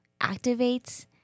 activates